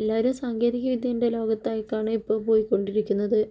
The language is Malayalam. എല്ലാവരും സാങ്കേതികവിദ്യയുടെ ലോകത്തായിട്ടാണ് ഇപ്പോൾ പോയിക്കൊണ്ടിരിക്കുന്നത്